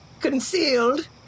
concealed